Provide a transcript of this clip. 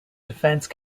defense